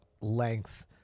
length